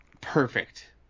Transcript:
Perfect